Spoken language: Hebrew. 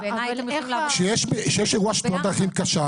בעייני אתם יכולים -- כשיש אירוע של תאונת דרכים קשה,